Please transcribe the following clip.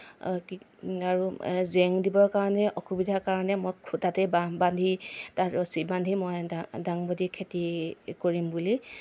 কি আৰু জেং দিবৰ কাৰণে অসুবিধা কাৰণে মই খুটাতেই বাঁহ বান্ধি তাত ৰছী বান্ধি মই ডা ডাংবডী খেতি কৰিম বুলি